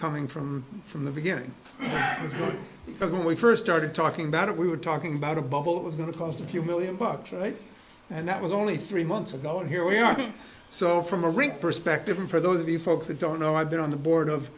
coming from from the beginning that was good because when we first started talking about it we were talking about a bubble it was going to cost a few million bucks right and that was only three months ago and here we are so from a rink perspective and for those of the folks that don't know i've been on the board of